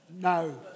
No